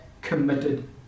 committed